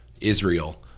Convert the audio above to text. Israel